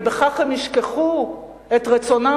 ובכך הם ישכחו את רצונם,